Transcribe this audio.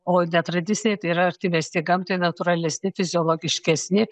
o netradicinėj tai yra artimesni gamtai natūralesni fiziologiškesni